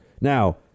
Now